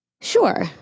Sure